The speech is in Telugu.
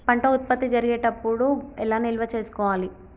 పంట ఉత్పత్తి జరిగేటప్పుడు ఎలా నిల్వ చేసుకోవాలి?